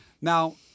Now